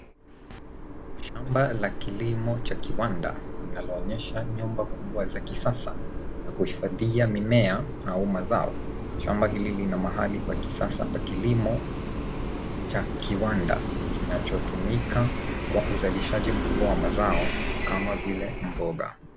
Shamba la kilimo cha kiwanda linaloonyesha nyumba kubwa za kisasa ya kuhifadhia mimea au mazao. Shamba hili lina mahali pa kisasa pa kilimo cha kiwanda kinachotumika kwa uzalishaji mkubwa wa mazao kama vile mboga.